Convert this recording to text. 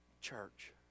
church